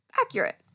Accurate